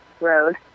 road